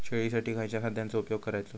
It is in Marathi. शेळीसाठी खयच्या खाद्यांचो उपयोग करायचो?